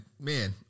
man